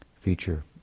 feature